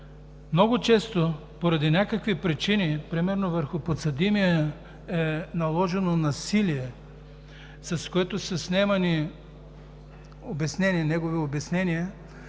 Много често поради някакви причини, примерно върху подсъдимия, е наложено насилие, с което са снемани негови обяснения,